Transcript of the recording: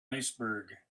iceberg